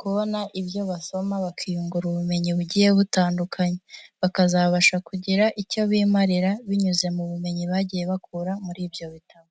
kubona ibyo basoma, bakiyungura ubumenyi bugiye butandukanye. Bakazabasha kugira icyo bimarira, binyuze mu bumenyi bagiye bakura muri ibyo bitabo.